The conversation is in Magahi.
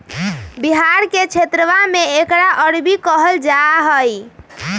बिहार के क्षेत्रवा में एकरा अरबी कहल जाहई